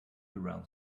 around